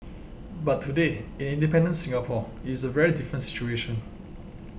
but today in independent Singapore it is a very different situation